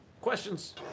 Questions